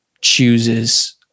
chooses